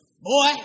Boy